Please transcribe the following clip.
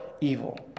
evil